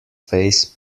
face